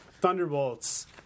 Thunderbolts